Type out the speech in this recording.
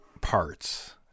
parts